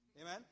Amen